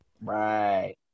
Right